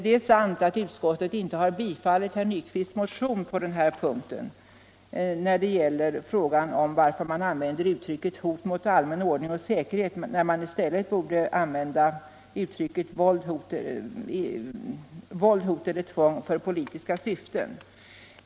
Det är riktigt att utskottet inte har tillstyrkt herr Nyquists motion, där det frågas varför man använder uttrycket hot mot allmän ordning och säkerhet, när man i stället borde använda uttrycket våld, hot eller tvång för politiska syften.